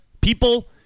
people